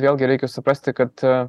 vėlgi reikia suprasti kad